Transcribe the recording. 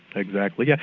exactly. yeah